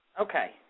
Okay